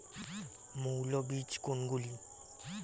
মৌল বীজ কোনগুলি?